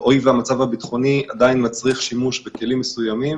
הואיל והמצב הביטחון עדיין מצריך שימוש בכלים מסוימים